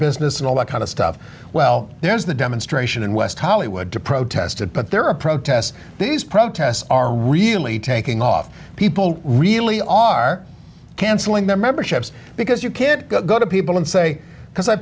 business and all that kind of stuff well there is the demonstration in west hollywood to protest it but there are protests these protests are really taking off people really are canceling their memberships because you can't go to people and say because i